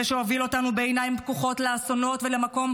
זה שהוביל אותנו בעיניים פקוחות לאסונות ולמקום